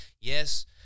Yes